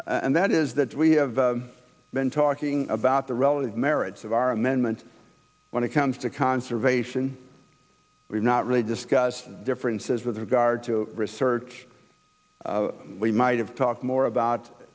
and that is that we have been talking about the relative merits of our amendment when it comes to conservation we're not really discuss differences with regard to research we might have talked more about